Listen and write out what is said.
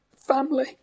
family